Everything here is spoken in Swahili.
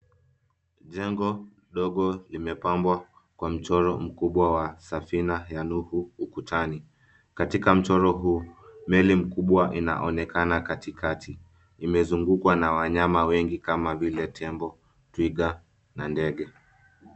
Jengo ndogo limepambwa kwa mchoro mkubwa wa safina ya Nuhu ukutani. Katika mchoro huu, meli mkubwa inaonekana katikati, imezungukwa na wanyama wengi kama vile tembo, twiga, na ndege.